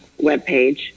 webpage